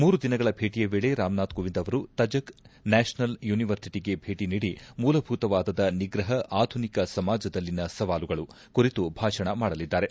ಮೂರು ದಿನಗಳ ಭೇಟಿಯ ವೇಳೆ ರಾಮ್ನಾಥ್ ಕೋವಿಂದ್ ಅವರು ತಜಕ್ ನ್ನಾಷನಲ್ ಯುನಿವರ್ಸಿಟಗೆ ಭೇಟಿ ನೀಡಿ ಮೂಲಭೂತವಾದದ ನಿಗ್ರಹ ಆಧುನಿಕ ಸಮಾಜದಲ್ಲಿನ ಸವಾಲುಗಳು ಕುರಿತು ಭಾಷಣ ಮಾಡಲಿದ್ದಾರೆ